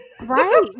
right